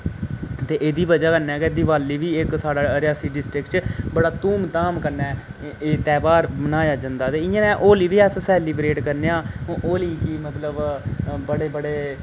ते एह्दी बजह् कन्नै गै दिवाली बी इक साढ़ै रेयासी डिस्ट्रिक्ट च बड़ा धूम धाम कन्नै एह् त्याहर मनाया जंदा ते इयां नै होली बी अस सेलिब्रेट करने आं होली गी मतलब बड़े बड़े